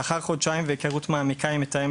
לאחר חודשיים והיכרות מעמיקה עם מתאמת